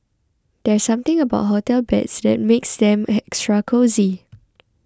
there's something about hotel beds that makes them extra cosy